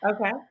Okay